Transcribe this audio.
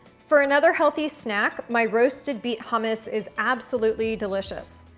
for another healthy snack, my roasted beet hummus is absolutely delicious.